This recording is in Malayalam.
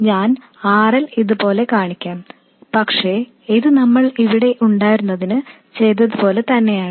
ഞാൻ RL ഇതുപോലെ കാണിക്കാം പക്ഷേ ഇത് നമ്മൾ ഇവിടെ ഉണ്ടായിരുന്നതിന് ചെയ്തതതുപോലെ തന്നെയാണ്